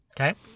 okay